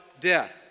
death